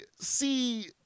see